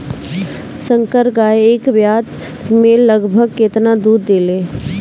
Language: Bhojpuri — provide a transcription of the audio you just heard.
संकर गाय एक ब्यात में लगभग केतना दूध देले?